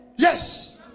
Yes